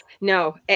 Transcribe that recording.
No